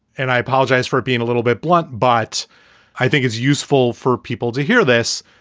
and i apologize for being a little bit blunt, but i think it's useful for people to hear this.